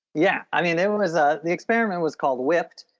yeah i mean, it was, ah the experiment was called whipped.